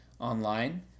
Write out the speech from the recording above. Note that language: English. online